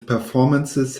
performances